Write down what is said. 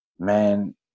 Man